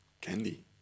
Candy